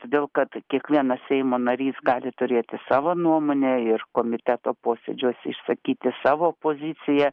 todėl kad kiekvienas seimo narys gali turėti savo nuomonę ir komiteto posėdžiuose išsakyti savo poziciją